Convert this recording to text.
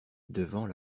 devant